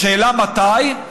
השאלה מתי.